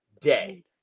day